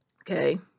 Okay